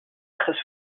très